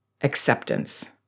acceptance